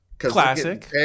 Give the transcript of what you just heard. classic